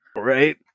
Right